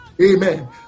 Amen